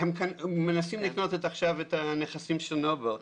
הם מנסים לקנות עכשיו את הנכסים של נובל.